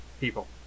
people